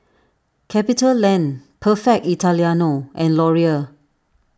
CapitaLand Perfect Italiano and Laurier